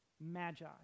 magi